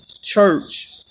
Church